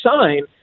sign